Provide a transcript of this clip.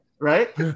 Right